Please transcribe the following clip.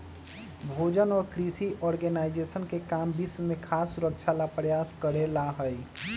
भोजन और कृषि ऑर्गेनाइजेशन के काम विश्व में खाद्य सुरक्षा ला प्रयास करे ला हई